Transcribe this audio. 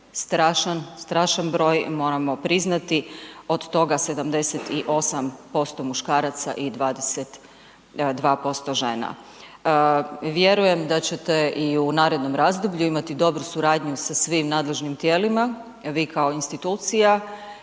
što je strašan broj, moramo priznati. Od toga 78% muškaraca i 22% žena. Vjerujem da ćete i u narednom razdoblju imati dobru suradnju sa svim nadležnim tijelima, vi kao institucija